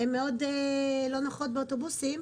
הן מאוד לא נוחות באוטובוסים.